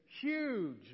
huge